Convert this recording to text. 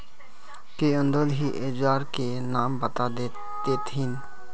के अंदर ही औजार के नाम बता देतहिन?